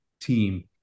team